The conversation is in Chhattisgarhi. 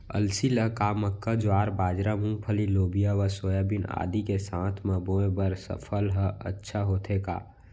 अलसी ल का मक्का, ज्वार, बाजरा, मूंगफली, लोबिया व सोयाबीन आदि के साथ म बोये बर सफल ह अच्छा होथे का?